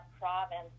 province